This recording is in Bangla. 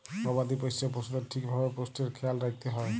গবাদি পশ্য পশুদের ঠিক ভাবে পুষ্টির খ্যায়াল রাইখতে হ্যয়